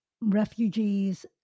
refugees